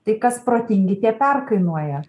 tai kas protingi tie perkainoja